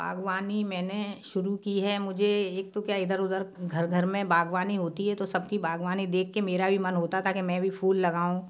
बाग़बानी मैंने शुरू की है मुझे एक तो क्या इधर उधर घर घर में बाग़बानी होती है तो सब की बाग़बानी देख कर मेरा भी मन होता था कि मैं भी फूल लगाऊँ